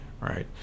right